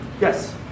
Yes